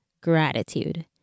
gratitude